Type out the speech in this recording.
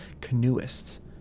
canoeists